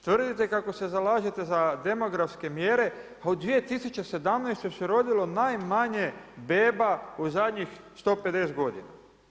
Tvrdite kako se zalažete za demografske mjere, a od 2017. se rodilo najmanje beba u zadnjih 150 godina.